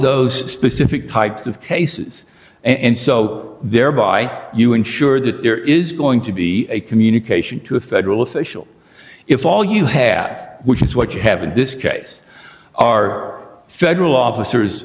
those specific types of cases and so thereby you ensure that there is going to be a communication to a federal official if all you have which is what you have in this case are federal officers